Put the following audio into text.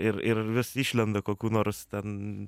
ir ir vis išlenda kokių nors ten